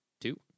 two